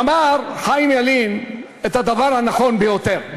אמר חיים ילין את הדבר הנכון ביותר,